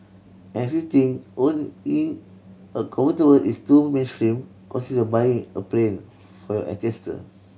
and if you think owning a convertible is too mainstream consider buying a plane for your ancestor